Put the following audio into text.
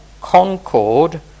Concord